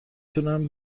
تونن